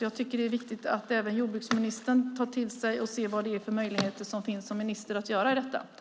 Jag tycker att det är viktigt att även jordbruksministern tar till sig det och ser efter vad det finns för möjligheter att som minister göra något.